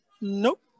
Nope